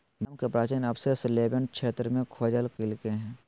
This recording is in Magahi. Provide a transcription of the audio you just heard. बादाम के प्राचीन अवशेष लेवेंट क्षेत्र में खोजल गैल्के हइ